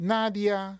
Nadia